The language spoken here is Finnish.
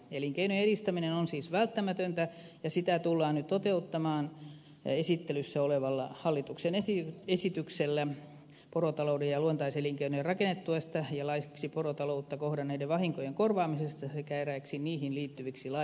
elinkeinojen edistäminen on siis välttämätöntä ja sitä tullaan nyt toteuttamaan esittelyssä olevalla hallituksen esityksellä porotalouden ja luontaiselinkeinojen rakennetuesta ja laiksi porotaloutta kohdanneiden vahinkojen korvaamisesta sekä eräiksi niihin liittyviksi laeiksi